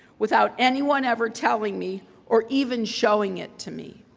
without anyone ever telling me or even showing it to me.